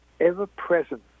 ever-present